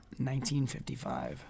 1955